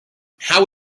how